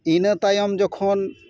ᱤᱱᱟᱹ ᱛᱟᱭᱚᱢ ᱡᱚᱠᱷᱚᱱ